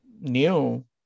new